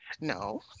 No